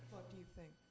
do you think?